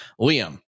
Liam